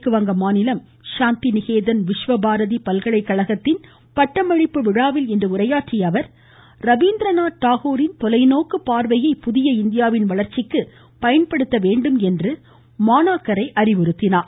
மேற்குவங்க மாநிலம் ஷாந்தி நிகேதன் விஷ்வபாரதி பல்கலைக்கழகத்தின் பட்டமளிப்பு விழாவில் இன்று உரையாற்றியஅவர் ரபீந்திரநாத் தாகூரின் தொலைநோக்கு பார்வையை புதிய இந்தியாவின் வளர்ச்சிக்கு பயன்படுத்த வேண்டும் என்று மாணாக்கருக்கு அறிவுறுத்தினார்